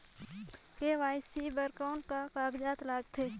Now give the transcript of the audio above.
KYC बर कौन का कागजात लगथे?